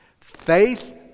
Faith